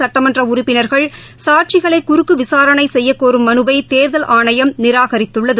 சுட்டமன்ற உறுப்பினா்கள் சாட்சிகளை குறுக்கு விசாரணை செய்யக்கோரும் மனுவை தேர்தல் ஆணையம் நிராகரித்துள்ளது